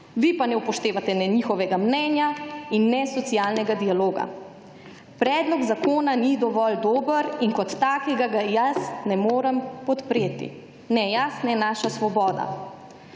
Vi pa ne upoštevate ne njihovega mnenja in ne socialnega dialoga. Predlog zakona ni dovolj dober in kot takega ga jaz ne morem podpreti. Ne jaz, ne naša Svoboda.